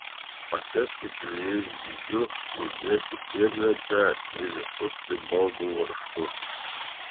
patepti klijais dygius uždėti sėdlentę ir įsukti baldų varžtus